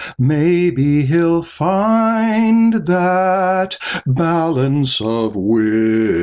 maybe he'll find that balance of wisdom,